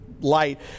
light